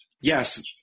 yes